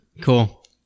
Cool